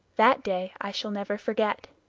that day i shall never forget.